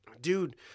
Dude